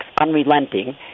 Unrelenting